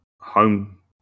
home